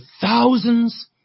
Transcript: thousands